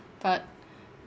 but